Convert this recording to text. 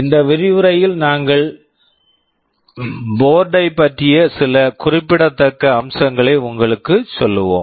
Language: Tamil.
இந்த விரிவுரையில் நாங்கள் போர்ட்டு board வைப் பற்றிய சில குறிப்பிடத்தக்க அம்சங்களை உங்களுக்குச் சொல்லுவோம்